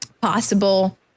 possible